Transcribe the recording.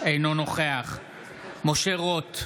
אינו נוכח משה רוט,